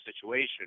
situation